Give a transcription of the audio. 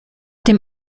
dem